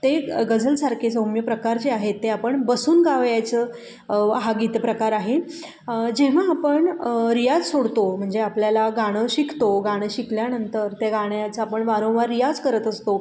ते गजलसारखे सौम्य प्रकार जे आहेत ते आपण बसून गावयाचं हा गीत प्रकार आहे जेव्हा आपण रियाज सोडतो म्हणजे आपल्याला गाणं शिकतो गाणं शिकल्यानंतर त्या गाण्याचा आपण वारंवार रियाज करत असतो